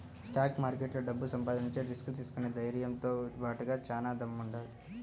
stock మార్కెట్లో డబ్బు సంపాదించాలంటే రిస్క్ తీసుకునే ధైర్నంతో బాటుగా చానా దమ్ముండాలి